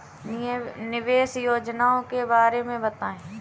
निवेश योजनाओं के बारे में बताएँ?